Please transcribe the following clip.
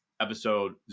episode